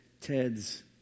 Ted's